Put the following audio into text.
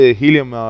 helium